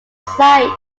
site